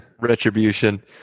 retribution